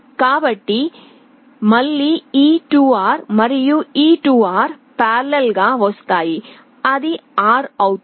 కాబట్టి మళ్ళీ ఈ 2R మరియు ఈ 2R సమాంతరం గా వస్తాయి అది R అవుతుంది